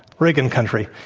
reagan country,